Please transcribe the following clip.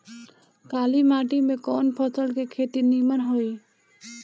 काली माटी में कवन फसल के खेती नीमन होई?